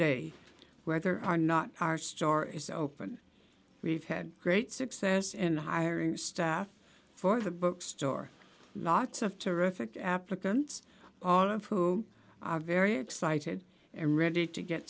day whether or not our store is open we've had great success in hiring staff for the bookstore lots of terrific applicants all of whom are very excited and ready to get